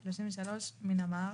(33) מיאנמר,